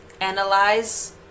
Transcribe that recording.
analyze